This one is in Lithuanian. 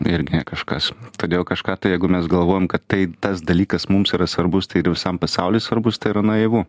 irgi kažkas todėl kažką tai jeigu mes galvojam kad tai tas dalykas mums yra svarbus tai ir visam pasauliui svarbus tai yra naivu